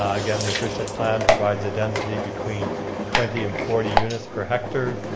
again, the official plan provides a density between twenty and forty units per hectare.